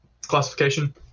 classification